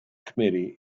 committee